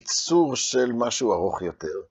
צור של משהו ארוך יותר.